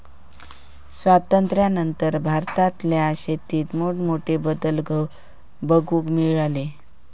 स्वातंत्र्यानंतर भारतातल्या शेतीत मोठमोठे बदल बघूक मिळाले